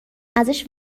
ازش